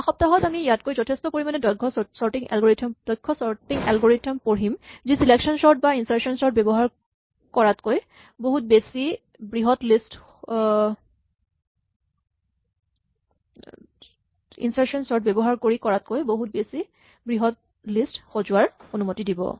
অহা সপ্তাহত আমি ইয়াতকৈ যথেষ্ট পৰিমাণে দক্ষ চৰ্টিং এলগৰিথম পঢ়িম যি চিলেকচন চৰ্ট বা ইনচাৰ্চন চৰ্ট ব্যৱহাৰ কৰি কৰাতকৈ বহুত বেছি বৃহৎ লিষ্ট সজোৱাৰ অনুমতি দিব